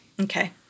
Okay